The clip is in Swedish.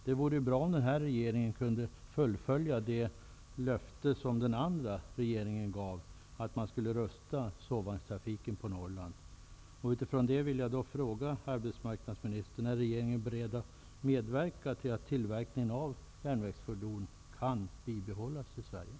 Det vore bra om den här regeringen kunde infria det löfte som tidigare regering gett, dvs. att sovvagnstrafiken på Norrland skall rustas upp.